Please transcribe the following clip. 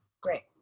great